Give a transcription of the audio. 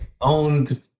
owned